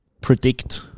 predict